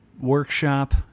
workshop